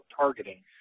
targeting